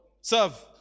Serve